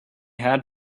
had